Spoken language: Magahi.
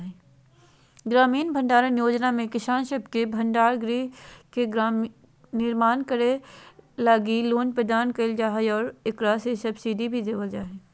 ग्रामीण भंडारण योजना में किसान सब के भंडार गृह के निर्माण करे लगी लोन प्रदान कईल जा हइ आऊ ओकरा पे सब्सिडी भी देवल जा हइ